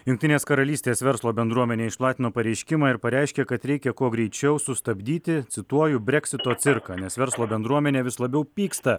jungtinės karalystės verslo bendruomenė išplatino pareiškimą ir pareiškė kad reikia kuo greičiau sustabdyti cituoju breksito cirką nes verslo bendruomenė vis labiau pyksta